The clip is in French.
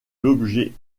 l’objet